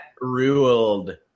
ruled